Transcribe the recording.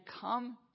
come